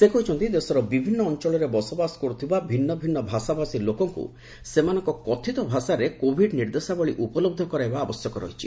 ସେ କହିଛନ୍ତି ଦେଶର ବିଭିନ୍ନ ଅଞ୍ଚଳରେ ବସବାସ କରୁଥିବା ଭିନ୍ନ ଭିନ୍ନ ଭାଷାଭାଷୀ ଲୋକଙ୍କୁ ସେମାନଙ୍କ କଥିତ ଭାଷାରେ କୋଭିଡ୍ ନିର୍ଦ୍ଦେଶାବଳୀ ଉପଲବ୍ଧ କରାଇବା ଆବଶ୍ୟକ ରହିଛି